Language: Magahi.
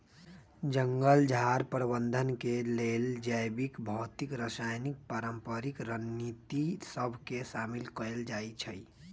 जंगल झार प्रबंधन के लेल जैविक, भौतिक, रासायनिक, पारंपरिक रणनीति सभ के शामिल कएल जाइ छइ